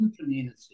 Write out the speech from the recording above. community